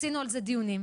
עשינו על זה דיונים.